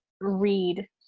read